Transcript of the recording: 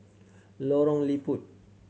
Lorong Liput